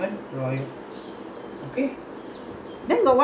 then got one malay movie theatre also there right